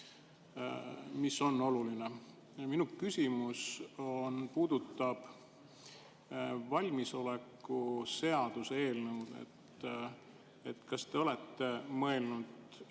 mis on oluline. Minu küsimus puudutab valmisoleku seaduse eelnõu. Kas te olete mõelnud,